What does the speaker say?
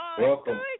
Welcome